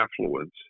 affluence